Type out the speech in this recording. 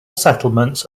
settlements